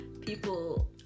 people